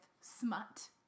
smut